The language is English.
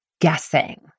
guessing